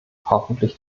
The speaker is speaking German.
hoffentlich